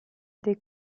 des